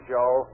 Joe